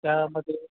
त्यामध्ये